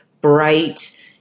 bright